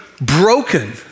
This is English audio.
broken